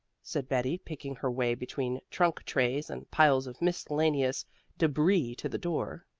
said betty, picking her way between trunk trays and piles of miscellaneous debris to the door.